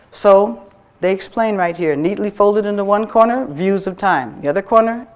so they explain right here, neatly folded into one corner views of time. the other corner,